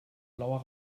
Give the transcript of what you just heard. blauer